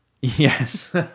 Yes